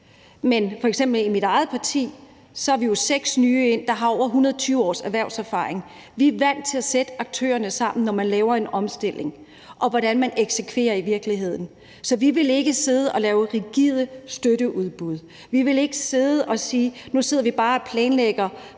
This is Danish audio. men f.eks. i mit eget parti har vi jo fået seks nye ind, der samlet har over 120 års erhvervserfaring; vi er vant til at sætte aktørerne sammen, når man laver en omstilling, og når man eksekverer det i virkeligheden. Så vi vil ikke sidde og lave rigide støtteudbud; vi vil ikke sige, at nu sidder vi bare fra